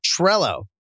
Trello